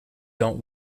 don’t